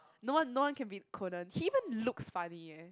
no one no one can beat Conan he even looks funny eh